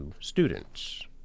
students